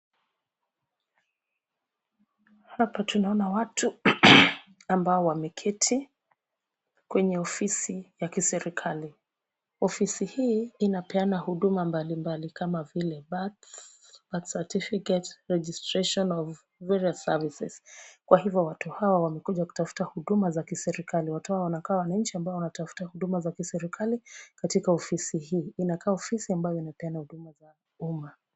Hapa tunaona watu ambao wameketi kwenye ofisi ya kiserikali. Ofisi hii inapeana huduma mbalimbali kama vile birth certificate, registration of various services . Kwa hivyo watu hawa wamekuja kutafuta huduma za kiserikali. Watu hawa wanakaa wananchi ambao wanatafuta huduma za kiserikali katika ofisi hii. Inakaa ofisi ambayo inapeana huduma za umma.